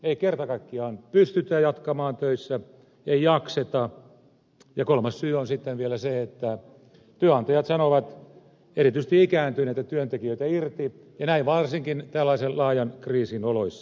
ei kerta kaikkiaan pystytä jatkamaan töissä ei jakseta ja kolmas syy on sitten vielä se että työnantajat sanovat erityisesti ikääntyneitä työntekijöitä irti ja näin varsinkin tällaisen laajan kriisin oloissa